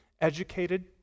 educated